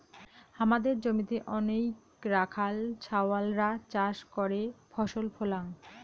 হামাদের জমিতে অনেইক রাখাল ছাওয়ালরা চাষ করে ফসল ফলাং